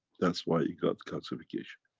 that's why you got calcification.